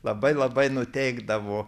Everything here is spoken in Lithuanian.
labai labai nuteikdavo